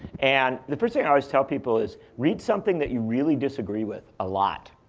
and the first thing i always tell people is, read something that you really disagree with a lot.